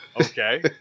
Okay